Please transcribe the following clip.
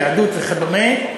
יהדות וכדומה.